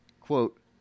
Quote